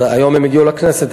היום הם הגיעו לכנסת.